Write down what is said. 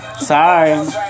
sorry